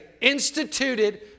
instituted